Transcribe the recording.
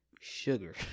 sugar